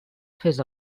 fes